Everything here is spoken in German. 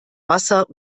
wasser